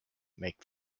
make